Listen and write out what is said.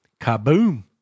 Kaboom